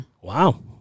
Wow